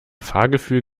fahrgefühl